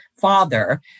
father